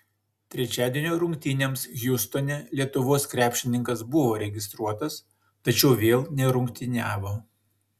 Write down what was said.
trečiadienio rungtynėms hjustone lietuvos krepšininkas buvo registruotas tačiau vėl nerungtyniavo